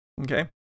Okay